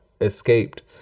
escaped